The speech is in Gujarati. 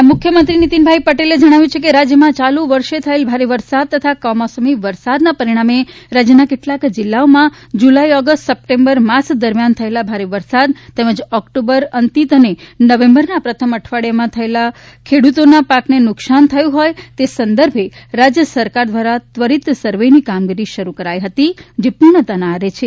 નાયબ મુખ્યમંત્રી નીતિન પટેલે જણાવ્યું કે રાજ્યમાં ચાલુ વર્ષે થયેલ ભારે વરસાદ તથા કમોસમી વરસાદને પરિણામે રાજ્યના કેટલાક જિલ્લાઓમાં જુલાઇ ઓગસ્ટ સપ્ટેમ્બર માસ દરમિયાન થયેલ ભારે વરસાદ તેમજ ઓક્ટોબર અંતિત અને નવેમ્બરના પ્રથમ અઠવાડીયામાં થયેલ ખેડૂતોના પાકને નુકશાન થયુ હતુ તે સંદર્ભે રાજ્ય સરકાર દ્વારા ત્વરિત સરવેની કામગીરી શરૂ કરી હતી જે પૂર્ણતાના આરે છે